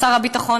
שר הביטחון,